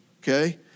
Okay